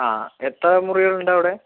ആ എത്ര മുറികളുണ്ടവിടെ